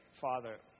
Father